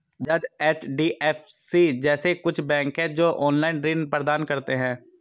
Bajaj, HDFC जैसे कुछ bank है, जो ऑनलाईन ऋण प्रदान करते हैं